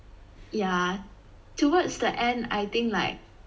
yeah towards the end I think like